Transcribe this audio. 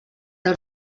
dels